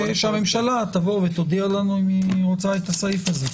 שהממשלה תודיע לנו אם היא רוצה את הסעיף הזה.